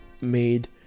made